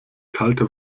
kalte